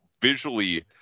visually